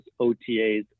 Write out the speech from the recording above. OTAs